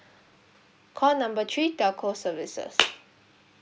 call number three telco services